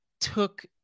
took